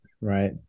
right